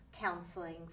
counseling